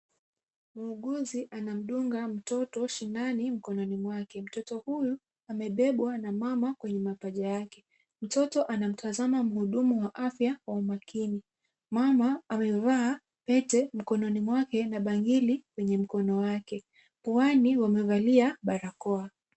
Muuguzi anamdunga mtoto sindano mkononi mwake. Mtoto huyu amebebwa na mama kwenye mapaja yake. Mtoto anamtazama muhudumu wa afya kwa umakini. Mama amevaa pete mkononi mwake na bangili kwenye mkono wake. Puani wamevalia barakoa.